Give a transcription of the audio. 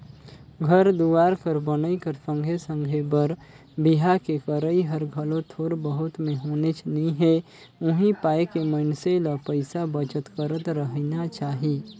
घर दुवार कर बनई कर संघे संघे बर बिहा के करई हर घलो थोर बहुत में होनेच नी हे उहीं पाय के मइनसे ल पइसा बचत करत रहिना चाही